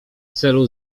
celu